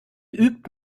übt